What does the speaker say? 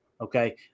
okay